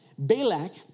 Balak